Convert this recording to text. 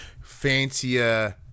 fancier